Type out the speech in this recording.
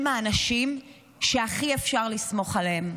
הם האנשים שהכי אפשר לסמוך עליהם.